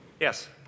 Yes